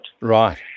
Right